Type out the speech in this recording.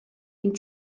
ein